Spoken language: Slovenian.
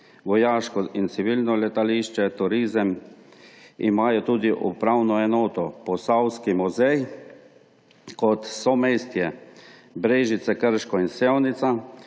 vojaško in civilno letališče, turizem, ima tudi upravno enoto, Posavski muzej, kot somestje imajo Brežice, Krško in Sevnica